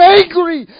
angry